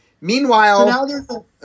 Meanwhile